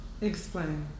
Explain